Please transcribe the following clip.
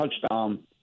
touchdown